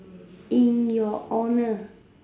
in your honor